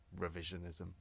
revisionism